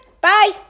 Bye